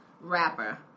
rapper